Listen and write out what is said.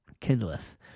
kindleth